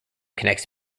connects